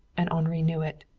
and henri knew it.